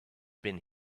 been